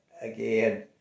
again